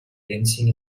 dancing